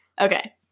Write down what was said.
Okay